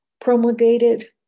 promulgated